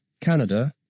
Canada